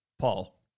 Paul